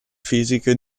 fisiche